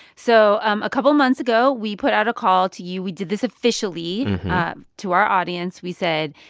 so um a couple of months ago, we put out a call to you we did this officially to our audience. we said,